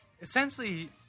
essentially